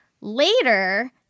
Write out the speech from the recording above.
Later